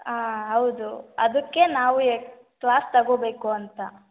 ಆಂ ಹೌದು ಅದಕ್ಕೆ ನಾವು ಎ ಕ್ಲಾಸ್ ತಗೋಬೇಕು ಅಂತ